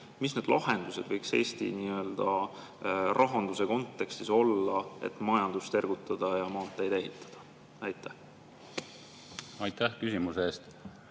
mis need lahendused võiks Eesti rahanduse kontekstis olla, et majandust ergutada ja maanteid ehitada? Aitäh küsimuse eest!